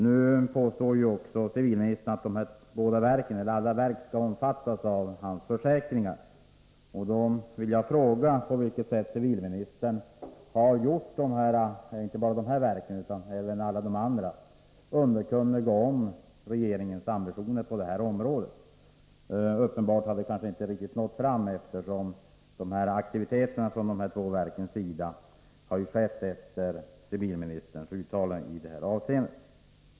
Nu påstår civilministern att alla verk skall omfattas av hans försäkringar. Därför vill jag fråga på vilket sätt civilministern har gjort inte bara de här verken utan även alla andra underkunniga om regeringens ambitioner på detta område. Uppenbarligen har informationen härom inte riktigt nått fram, eftersom dessa aktiviteter från de två verkens sida har skett efter civilministerns uttalanden i detta avseende.